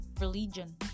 religion